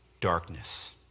darkness